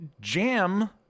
jam